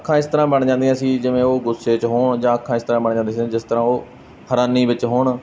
ਅੱਖਾਂ ਇਸ ਤਰ੍ਹਾਂ ਬਣ ਜਾਂਦੀਆਂ ਸੀ ਜਿਵੇਂ ਉਹ ਗੁੱਸੇ 'ਚ ਹੋਣ ਜਾਂ ਅੱਖਾਂ ਇਸ ਤਰ੍ਹਾਂ ਬਣ ਜਾਂਦੀਆਂ ਸੀ ਜਿਸ ਤਰ੍ਹਾਂ ਉਹ ਹੈਰਾਨੀ ਵਿੱਚ ਹੋਣ